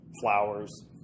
flowers